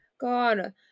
God